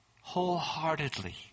wholeheartedly